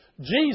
Jesus